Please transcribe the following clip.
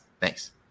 Thanks